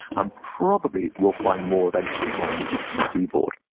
um probably, we'll find more eventually down the eastern seaboard,